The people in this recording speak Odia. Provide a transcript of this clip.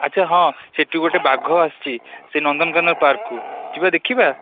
ଆଚ୍ଛା ହଁ ସେଠି ଗୋଟେ ବାଘ ଆସିଛି ସେ ନନ୍ଦନକାନନ ପାର୍କକୁ ଯିବା ଦେଖିବା